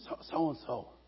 so-and-so